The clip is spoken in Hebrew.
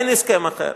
אין הסכם אחר.